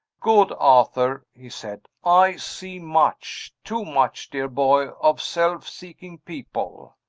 good arthur! he said. i see much too much, dear boy of self-seeking people.